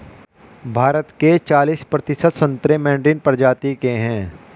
भारत के चालिस प्रतिशत संतरे मैडरीन प्रजाति के हैं